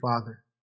Father